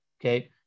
okay